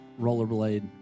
rollerblade